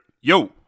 Yo